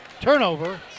Turnover